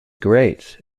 greats